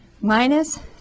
minus